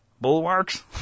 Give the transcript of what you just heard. bulwarks